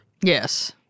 Yes